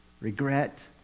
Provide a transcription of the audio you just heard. regret